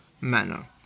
manner